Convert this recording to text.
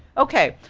okay,